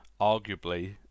arguably